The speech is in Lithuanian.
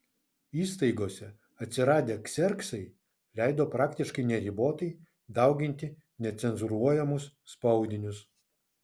įstaigose atsiradę kserksai leido praktiškai neribotai dauginti necenzūruojamus spaudinius